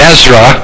Ezra